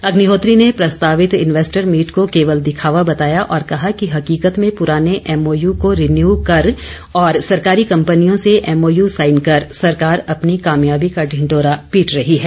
अग्निहोत्री ने प्रस्तावित investor meet को केवल दिखावा बताया और कहा कि हकीकत में पूराने एमओयू को रीन्यू कर और सरकारी कम्पनियों से एमओयू साइन कर सरकार अपनी कामयाबी का ढिंढोरा पीट रही है